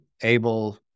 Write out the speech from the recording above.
able